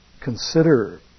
consider